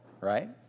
right